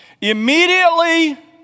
Immediately